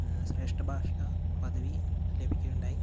ശ്രേഷ്ഠ ഭാഷ പദവി ലഭിക്കുകയുണ്ടായി